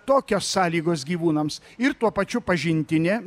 tokios sąlygos gyvūnams ir tuo pačiu pažintinė